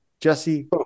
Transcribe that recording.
jesse